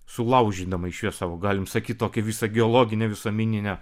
sulaužydama išvis savo galim sakyt tokią visą geologinę visuomeninę